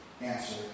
answer